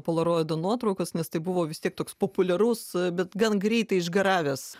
poliaroido nuotraukos nes tai buvo vis tiek toks populiarus bet gan greitai išgaravęs